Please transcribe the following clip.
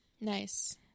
Nice